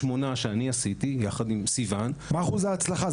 שעשיתי יחד עם סיוון --- מה אחוזי ההצלחה?